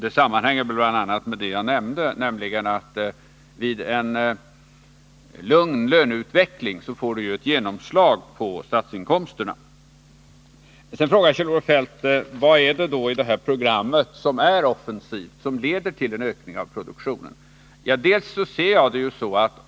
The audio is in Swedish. Detta sammanhänger bl.a. med det som jag nämnde, nämligen att det vid en lugn löneutveckling ju blir ett genomslag beträffande statsinkomsterna. Sedan frågade Kjell-Olof Feldt: Vad är det som är så offensivt i programmet att det leder till en ökning av produktionen?